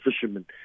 fishermen